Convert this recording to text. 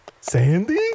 Sandy